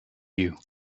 you